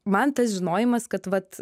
man tas žinojimas kad vat